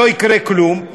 לא יקרה כלום,